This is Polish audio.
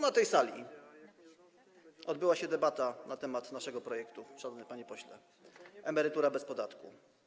Na tej sali odbyła się debata na temat naszego projektu, szanowny panie pośle, Emerytura bez podatku.